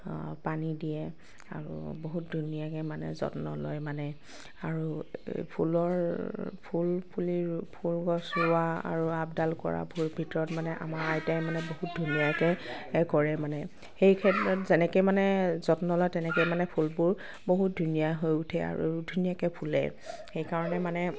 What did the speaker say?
পানী দিয়ে আৰু বহুত ধুনীয়াকৈ মানে যত্ন লয় মানে আৰু ফুলৰ ফুল পুলি ফুলগছ ৰোৱা আৰু আপদাল কৰাৰ ভিতৰত মানে আমাৰ আইতাই মানে বহুত ধুনীয়াকৈ কৰে মানে সেই ক্ষেত্ৰত যেনেকৈ মানে যত্ন লয় তেনেকৈ মানে ফুলবোৰ বহুত ধুনীয়া হৈ উঠে আৰু ধুনীয়াকৈ ফুলে সেইকাৰণে মানে